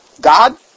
God